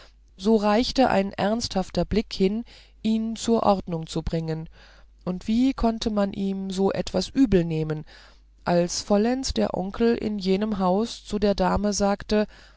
so reichte ein ernsthafter blick hin ihn zur ordnung zu bringen und wie konnte man ihm so etwas übelnehmen als vollends der oncle in jedem haus zu der dame sagte